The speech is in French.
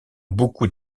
beaucoup